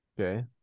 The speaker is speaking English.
Okay